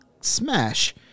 smash